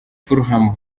fulham